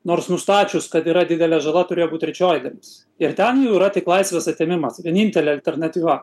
nors nustačius kad yra didelė žala turėjo būt trečioji dalis ir ten jau yra tik laisvės atėmimas vienintelė alternatyva